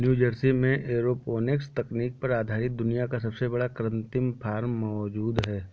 New Jersey में aeroponics तकनीक पर आधारित दुनिया का सबसे बड़ा कृत्रिम फार्म मौजूद है